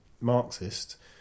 Marxist